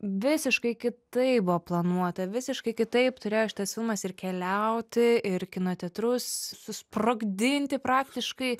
visiškai kitaip buvo planuota visiškai kitaip turėjo šitas filmas ir keliauti ir kino teatrus susprogdinti praktiškai